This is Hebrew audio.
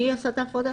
מי עשה את הפרדה?